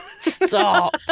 stop